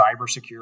cybersecurity